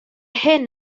hyn